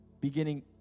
beginning